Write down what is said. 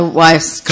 wife's